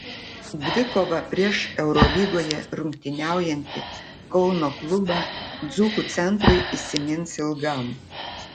dvikova prieš eurolygoje rungtyniaujantį kauno klubą dzūkų centrui įsimins ilgam